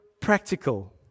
practical